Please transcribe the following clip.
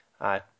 Aye